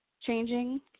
changing